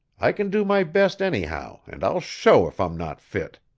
i can do my best anyhow and i'll show if i'm not fit